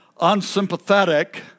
unsympathetic